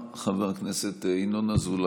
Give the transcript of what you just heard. המנהלים והמנהלות של בתי הספר ועל צוות